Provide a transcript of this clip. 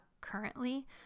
currently